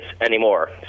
anymore